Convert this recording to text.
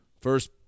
First